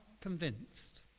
convinced